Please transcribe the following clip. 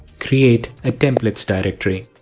create a templates directory.